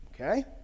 okay